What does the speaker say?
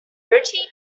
bertie